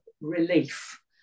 relief